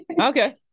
Okay